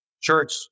church